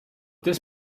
this